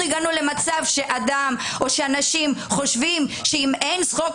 הגענו למצב שאנשים חושבים שאם אין חוק